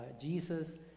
Jesus